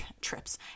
Trips